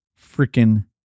freaking